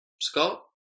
Scott